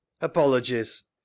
Apologies